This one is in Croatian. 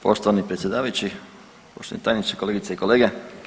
Poštovani predsjedavajući, poštovani tajniče, kolegice i kolege.